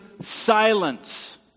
silence